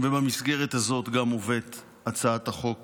ובמסגרת הזאת גם מובאת הצעת החוק